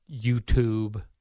YouTube